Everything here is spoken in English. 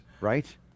Right